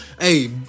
Hey